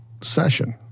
session